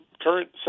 current